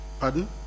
Pardon